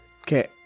Okay